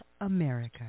America